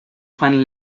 final